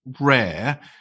rare